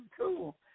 cool